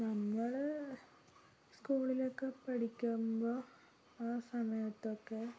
നമ്മൾ സ്കൂളിലൊക്കെ പഠിക്കുമ്പോൾ ആ സമയത്തൊക്കെ